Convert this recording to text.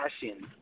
passion